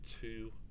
two